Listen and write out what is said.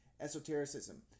esotericism